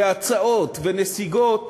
והצעות ונסיגות